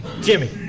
Jimmy